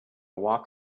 walk